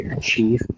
chief